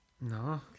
no